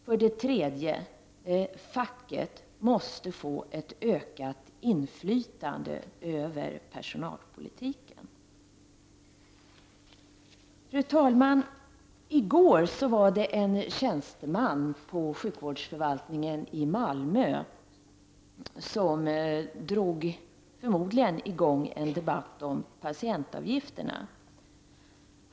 För det tredje måste facket få ett ökat inflytande över personalpolitiken. Fru talman! I går var det en tjänsteman på sjukvårdsförvaltningen i Malmö som förmodligen drog i gång en debatt om patientavgifterna.